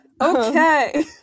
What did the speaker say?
Okay